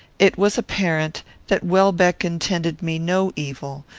it was apparent that welbeck intended me no evil,